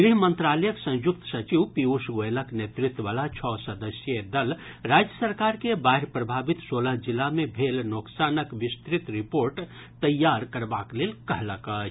गृह मंत्रालयक संयुक्त सचिव पीयूष गोयलक नेतृत्व वला छओ सदस्यीय दल राज्य सरकार के बाढ़ि प्रभावित सोलह जिला मे भेल नोकसानक विस्तृत रिपोर्ट तैयार करबाक लेल कहलक अछि